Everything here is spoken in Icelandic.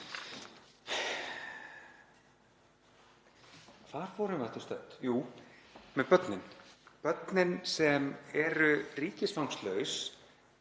Hvar vorum við aftur stödd? Jú, með börnin, börnin sem eru ríkisfangslaus